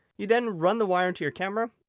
you then run the wire and to your camera,